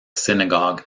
synagogue